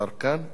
השר כאן?